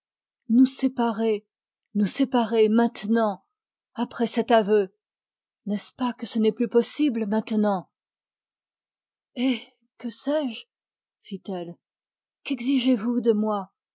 nous séparer nous séparer maintenant après cet aveu n'est-ce pas que ce n'est plus possible maintenant eh que sais-je fit-elle quexigez vous de moi